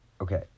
Okay